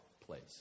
place